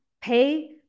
pay